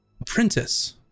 apprentice